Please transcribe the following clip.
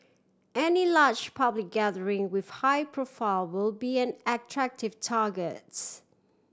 any large public gathering with high profile will be an attractive targets